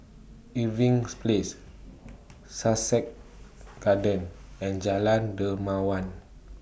Irving's Place Sussex Garden and Jalan Dermawan